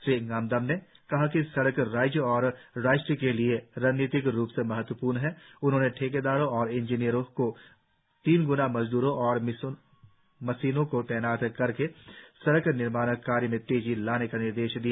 श्री डादम ने कहा कि सड़क राज्य और राष्ट्र के लिए रणनीतिक रुप से महत्वपूर्ण है उन्होंने ठेकेदारों और इंजीनियरों को तीन गुणा मजदुरों और मशीनों को तैनात करके सड़क निर्माण कार्य में तेजी लाने का निर्देश दिया